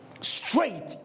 straight